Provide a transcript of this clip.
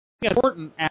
important